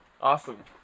awesome